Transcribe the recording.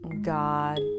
God